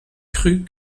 cru